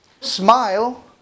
Smile